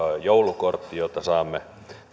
joulukortti joita saamme